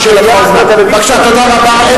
אבל תמיד, תודה רבה, שאלתך על זמן.